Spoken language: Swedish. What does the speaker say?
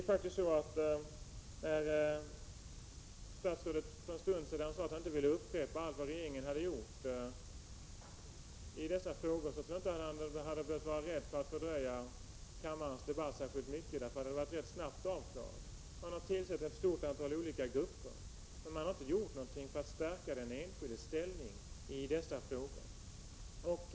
För en stund sedan sade ju statsrådet att han inte ville upprepa allt vad regeringen har gjort i dessa frågor, men jag tror inte att justitieministern hade behövt vara rädd för att fördröja kammarens debatt särskilt mycket, för en sådan uppräkning hade varit rätt snabbt avklarad. Regeringen har tillsatt ett stort antal olika grupper, men man har inte gjort någonting för att stärka den enskildes ställning i dessa frågor.